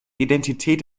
identität